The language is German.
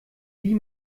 wie